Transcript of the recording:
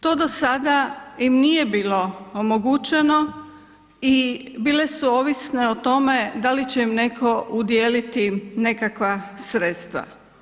To do sada im nije bilo omogućeno i bile su ovisne o tome da li će im netko udijeliti nekakva sredstva.